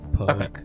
Okay